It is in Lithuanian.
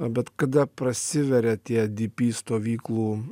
bet kada prasiveria tie dypy stovyklų